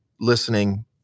listening